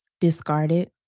discarded